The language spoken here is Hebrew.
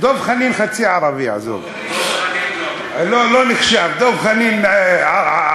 דב חנין חצי ערבי, עזוב, לא נחשב, דב חנין ערבסקה.